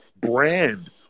brand